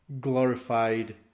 glorified